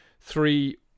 three